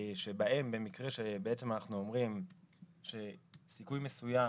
שבהן במקרה שבעצם אנחנו אומרים שסיכוי מסוים,